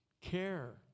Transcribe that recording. care